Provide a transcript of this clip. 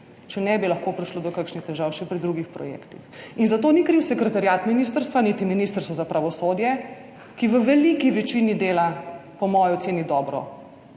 če ne bi lahko prišlo do kakšnih težav še pri drugih projektih. In za to ni kriv sekretariat ministrstva, niti Ministrstvo za pravosodje, ki v veliki večini dela, po moji oceni, dobro.